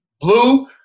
blue